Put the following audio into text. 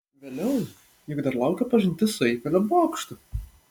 vėliau juk dar laukia pažintis su eifelio bokštu